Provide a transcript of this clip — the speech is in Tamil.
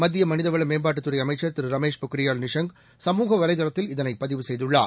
மத்திய மனிதவள மேம்பாட்டுத்துறை அமைச்சள் திரு ரமேஷ் பொக்ரியால் நிஷாங் சமூக வலைதளத்தில் இதனை பதிவு செய்துள்ளார்